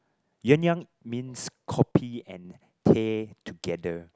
Yuan-Yang means kopi and teh together